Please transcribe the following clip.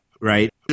right